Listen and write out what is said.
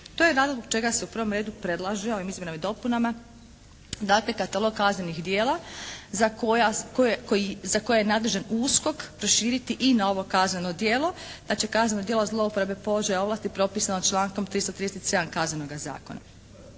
To je razlog zbog čega se u prvom redu predlaže ovim izmjenama i dopunama dakle katalog kaznenih djela za koja je nadležan USKOK proširiti i na ovo kazneno djelo, znači kazneno djelo zlouporabe položaja ovlasti propisano člankom 337. Kaznenoga zakona.